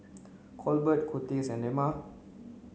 Colbert Kurtis and Dema